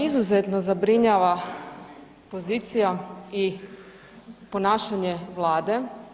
Izuzetno zabrinjava pozicija i ponašanje vlade.